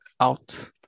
out